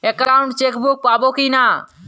Account chequebook পাবো কি না?